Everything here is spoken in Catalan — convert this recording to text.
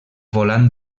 volant